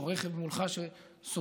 או רכב מולך שסוטה,